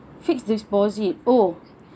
fixed deposit oh